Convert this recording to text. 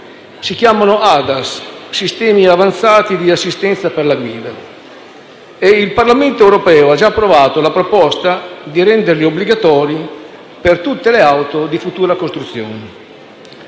si chiamano ADAS (sistemi avanzati di assistenza per la guida) e il Parlamento europeo ha già approvato la proposta di renderli obbligatori per tutte le auto di futura costruzione.